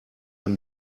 him